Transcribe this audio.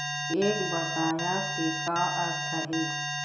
एक बकाया के का अर्थ हे?